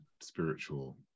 spiritual